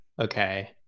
okay